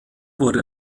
wurde